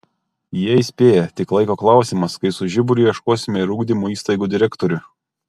jie įspėja tik laiko klausimas kai su žiburiu ieškosime ir ugdymo įstaigų direktorių